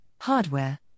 hardware